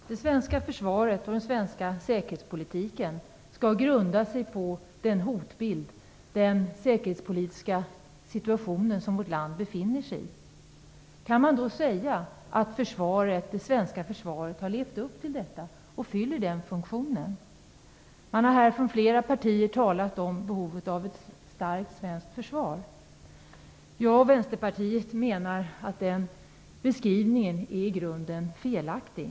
Fru talman! Det svenska försvaret och den svenska säkerhetspolitiken skall grunda sig på den hotbild och den säkerhetspolitiska situation som vårt land befinner sig i. Kan man då säga att det svenska försvaret har levt upp till detta och fyller den funktionen? Man har här från flera partier talat om behovet av ett starkt svenskt försvar. Vänsterpartiet menar att denna beskrivning i grunden är felaktig.